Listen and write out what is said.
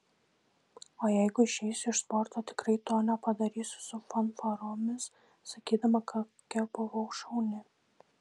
o jeigu išeisiu iš sporto tikrai to nepadarysiu su fanfaromis sakydama kokia buvau šauni